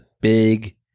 big